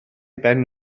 ben